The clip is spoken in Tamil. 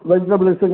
வெஜிடபுள்ஸுங்களா